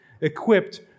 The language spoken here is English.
equipped